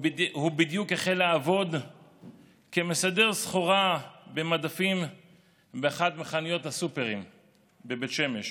הוא בדיוק החל לעבוד כמסדר סחורה במדפים באחת מחנויות הסופרים בבית שמש.